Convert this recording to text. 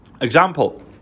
Example